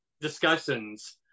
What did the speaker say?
discussions